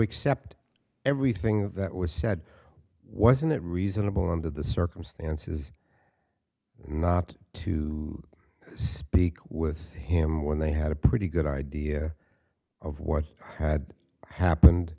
accept everything that was said wasn't reasonable under the circumstances not to speak with him when they had a pretty good idea of what had